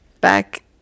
back